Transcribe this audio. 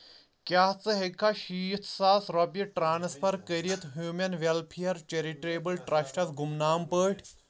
کیٛاہ ژٕ ہٮ۪کہٕ شيٖتھ ساس رۄپیہِ ٹرانسفر کٔرِتھ ہیٛوٗمن ویٚلفِیَر چیرِٹیبٕل ٹرٛسٹَس گمنام پٲٹھۍ؟